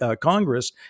Congress